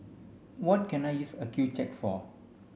what can I use Accucheck for